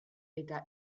eta